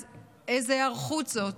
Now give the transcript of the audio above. אז איזו היערכות זאת?